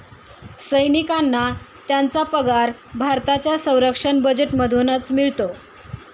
सैनिकांना त्यांचा पगार भारताच्या संरक्षण बजेटमधूनच मिळतो